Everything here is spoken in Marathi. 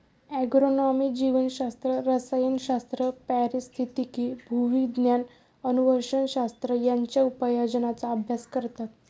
ॲग्रोनॉमी जीवशास्त्र, रसायनशास्त्र, पारिस्थितिकी, भूविज्ञान, अनुवंशशास्त्र यांच्या उपयोजनांचा अभ्यास करतात